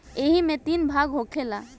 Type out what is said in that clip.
ऐइमे तीन भाग होखेला